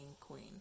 queen